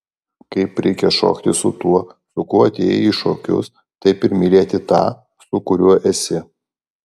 kaip reikia šokti su tuo su kuo atėjai į šokius taip ir mylėti tą su kuriuo esi